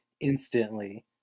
instantly